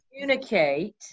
Communicate